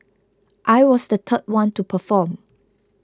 I was the third one to perform